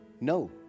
No